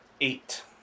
Eight